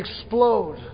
explode